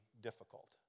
difficult